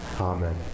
Amen